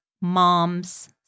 mom's